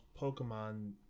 Pokemon